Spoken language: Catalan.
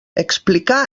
explicar